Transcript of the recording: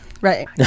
Right